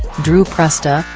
dru presta,